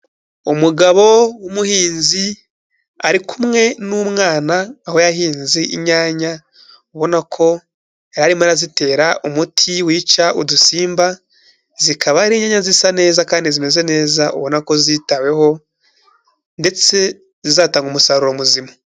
Umugabo w'umuhinzi ari kumwe n'umwana, aho yahinze inyanya, ubona ko yari arimo arazitera umuti wica udusimba zikaba ari inyaya zisa neza kandi zimeze neza ubona ko zitaweho ndetse zizatanga umusaruro muzima.